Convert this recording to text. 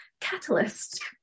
catalyst